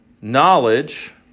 knowledge